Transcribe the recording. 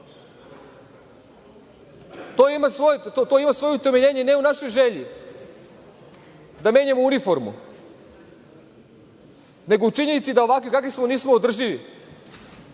To ima svoje utemeljenje, ne u našoj želji, da menjamo uniformu, nego u činjenici da ovakvi kakvi smo nismo održivi.